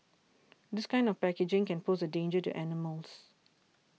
this kind of packaging can pose a danger to animals